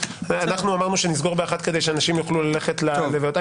אמרנו שנסגור ב-13:00 כדי שאנשים יוכלו ללכת להלוויות.